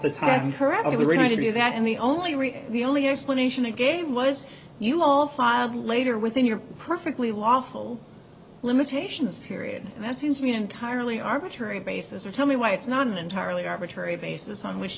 going to do that and the only really the only explanation again was you all filed later within your perfectly lawful limitations period that seems to be an entirely arbitrary basis or tell me why it's not an entirely arbitrary basis on which